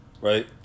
right